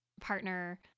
partner